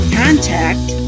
contact